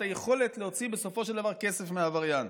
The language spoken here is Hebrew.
את היכולת להוציא בסופו של דבר כסף מהעבריין.